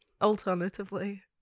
alternatively